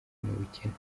n’ubukene